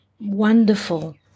wonderful